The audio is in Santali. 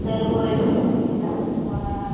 ᱫᱟᱹᱞ ᱠᱚᱨᱮ ᱛᱤᱦᱤᱧ ᱵᱮᱱᱟᱜ ᱠᱚᱲᱟ